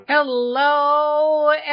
Hello